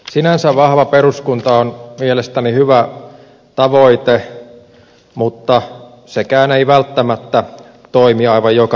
sinänsä vahva peruskunta on mielestäni hyvä tavoite mutta sekään ei välttämättä toimi aivan joka paikassa